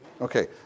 Okay